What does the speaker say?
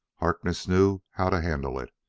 harkness knew how to handle it.